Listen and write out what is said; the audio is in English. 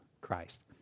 Christ